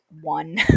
one